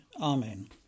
Amen